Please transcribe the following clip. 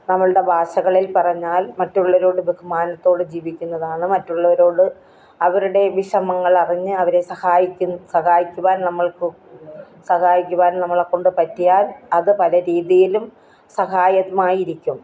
നമ്മളുടെ ഭാഷകളിൽ പറഞ്ഞാൽ മറ്റുള്ളവരോട് ബഹുമാനത്തോട് ജീവിക്കുന്നതാണ് മറ്റുള്ളവരോട് അവരുടെ വിഷമങ്ങൾ അറിഞ്ഞ് അവരെ സഹായിക്കുക സഹായിക്കുവാൻ നമ്മൾക്ക് സഹായിക്കുവാൻ നമ്മളെ കൊണ്ട് പറ്റിയാൽ അത് പല രീതിയിലും സഹായമായിരിക്കും